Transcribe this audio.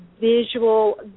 visual